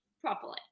properly